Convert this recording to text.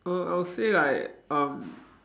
err I will say like um